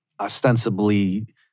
ostensibly